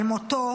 על מותו